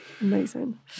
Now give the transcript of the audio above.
Amazing